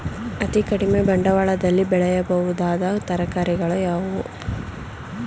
ಅತೀ ಕಡಿಮೆ ಬಂಡವಾಳದಲ್ಲಿ ಬೆಳೆಯಬಹುದಾದ ತರಕಾರಿಗಳು ಯಾವುವು?